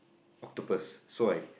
octopus so I